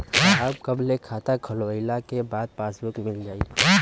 साहब कब ले खाता खोलवाइले के बाद पासबुक मिल जाई?